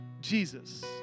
Jesus